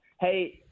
hey